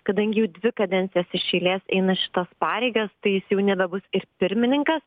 kadangi jau dvi kadencijas iš eilės eina šitas pareigas tai jis jau nebebus ir pirmininkas